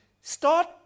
start